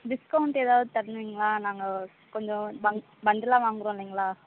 discount ஏதாவது தருவீங்களா நாங்கள் கொஞ்சம் பண்டிலாக வாங்குகிறோம் இல்லைங்களா